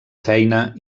feina